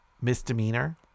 misdemeanor